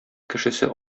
кешесе